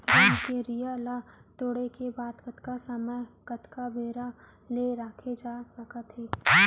रमकेरिया ला तोड़े के बाद कतका समय कतका बेरा ले रखे जाथे सकत हे?